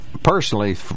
personally